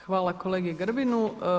Hvala kolegi Grbinu.